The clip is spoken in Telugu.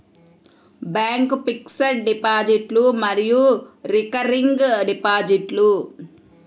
బ్యాంక్ ఫిక్స్డ్ డిపాజిట్లు మరియు రికరింగ్ డిపాజిట్లు